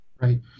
Right